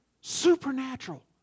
supernatural